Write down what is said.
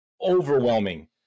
overwhelming